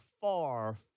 far